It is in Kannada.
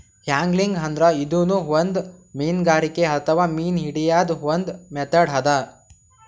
ಯಾಂಗ್ಲಿಂಗ್ ಅಂದ್ರ ಇದೂನು ಒಂದ್ ಮೀನ್ಗಾರಿಕೆ ಅಥವಾ ಮೀನ್ ಹಿಡ್ಯದ್ದ್ ಒಂದ್ ಮೆಥಡ್ ಅದಾ